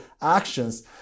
actions